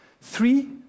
three